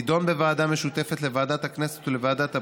תידון בוועדה משותפת לוועדת הכנסת ולוועדת הפנים.